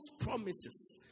promises